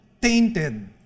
tainted